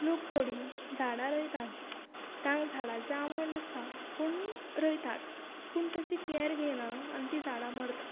लोक थोडीं झाडां रोयतात तांकां झाडांची आवड नासता पूण रोयतात पूण ताची केअर घेयना आनी ती झाडां मरतात